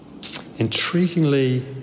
Intriguingly